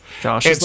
Josh